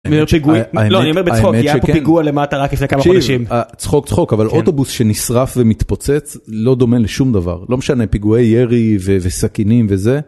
אני אומר בצחוק כי היה פה פיגוע למטה רק לפני כמה חודשים. צחוק צחוק אבל אוטובוס שנשרף ומתפוצץ לא דומה לשום דבר לא משנה פיגועי ירי וסכינים וזה.